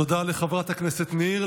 תודה לחברת הכנסת ניר.